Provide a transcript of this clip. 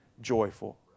joyful